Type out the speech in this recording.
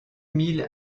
mille